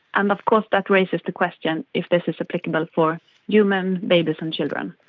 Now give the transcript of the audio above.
and of course that raises the question if this is applicable for human babies and children.